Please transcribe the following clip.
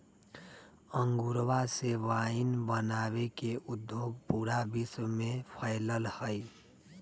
अंगूरवा से वाइन बनावे के उद्योग पूरा विश्व में फैल्ल हई